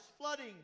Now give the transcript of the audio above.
flooding